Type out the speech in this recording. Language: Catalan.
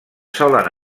solen